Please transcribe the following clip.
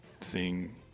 seeing